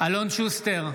אלון שוסטר,